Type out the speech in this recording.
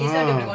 ah